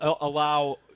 allow